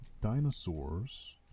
Dinosaurs